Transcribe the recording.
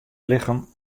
lichem